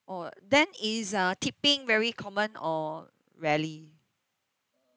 oh then is uh tipping very common or rarely